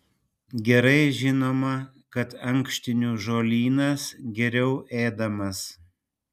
gerai žinoma kad ankštinių žolynas geriau ėdamas